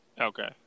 Okay